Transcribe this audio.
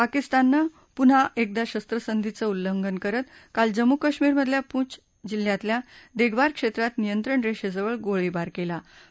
पाकिस्ताननं पुन्हा एकदा शस्त्रसंधीचं उल्लंघन करत काल जम्मू कश्मीरमधल्या पुछं जिल्ह्यातल्या देगवार क्षेत्रात नियंत्रण रेषेजवळ गोळीबार आणि तोफांचा मारा केला